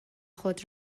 خود